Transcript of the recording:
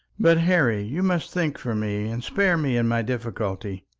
but, harry, you must think for me, and spare me in my difficulty.